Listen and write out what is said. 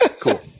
Cool